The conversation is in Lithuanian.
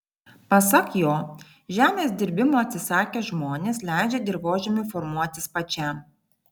pasak jo žemės dirbimo atsisakę žmonės leidžia dirvožemiui formuotis pačiam